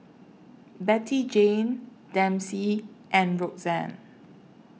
Bettyjane Dempsey and Roxann